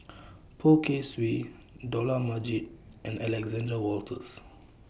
Poh Kay Swee Dollah Majid and Alexander Wolters